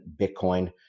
Bitcoin